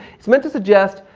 it's meant to suggest,